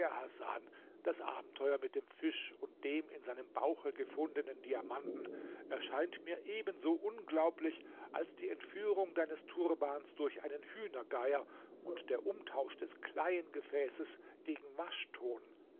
hasan das abenteuer mit dem fisch und dem in seinem bauche gefundenen diamanten scheint mir ebenso unglaublich als die entführung deines turbans durch einen hühnergeier und der umtausch des kleiengefäßes gegen